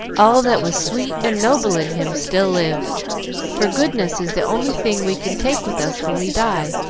all that was sweet and noble in him still lives for goodness is the only thing we can take with us when we die,